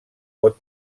pot